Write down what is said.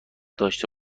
داشته